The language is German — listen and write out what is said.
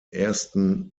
ersten